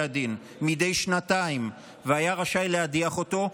הדין מדי שנתיים והיה רשאי להדיח אותו,